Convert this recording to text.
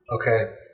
okay